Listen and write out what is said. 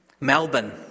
Melbourne